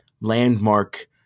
landmark